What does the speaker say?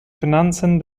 finanzen